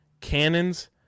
Cannons